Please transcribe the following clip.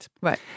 Right